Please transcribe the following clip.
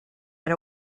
had